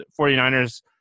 49ers